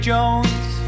Jones